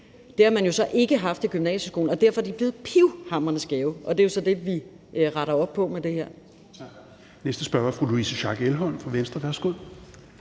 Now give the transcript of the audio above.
Det har man jo så ikke haft i gymnasieskolen, og derfor er de blevet pivhamrende skæve. Og det er så det, vi retter op på med det her. Kl. 10:23 Fjerde næstformand (Rasmus